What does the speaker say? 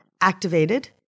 activated